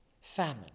famine